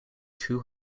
two